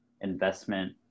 investment